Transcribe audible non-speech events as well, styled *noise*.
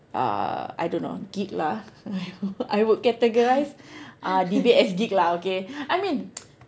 uh I don't know geek lah *laughs* I would categorise uh debate as geek lah I mean *noise*